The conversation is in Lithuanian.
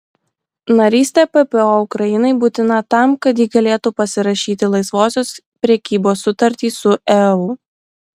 narystė ppo ukrainai būtina tam kad ji galėtų pasirašyti laisvosios prekybos sutartį su eu